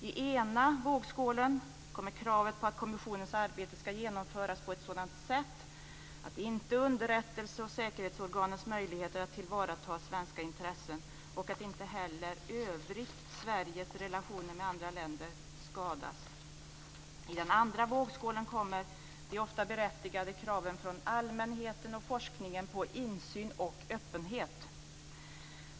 I ena vågskålen kommer kravet på att kommissionens arbete ska genomföras på ett sådant sätt att inte underrättelse och säkerhetsorganisationens möjligheter att tillvarata svenska intressen och att inte heller i övrigt Sveriges relationer med andra länder skadas. I den andra vågskålen kommer de ofta berättigade kraven från allmänheten och forskningen på insyn och öppenhet.